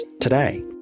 today